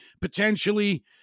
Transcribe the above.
potentially